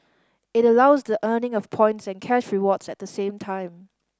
it allows the earning of points and cash rewards at the same time